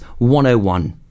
101